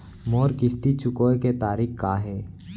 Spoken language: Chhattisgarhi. मोर किस्ती चुकोय के तारीक का हे?